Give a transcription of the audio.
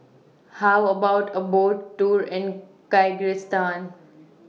How about A Boat Tour in Kyrgyzstan